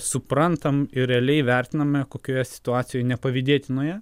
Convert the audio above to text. suprantam ir realiai vertiname kokioje situacijoj nepavydėtinoje